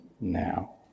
now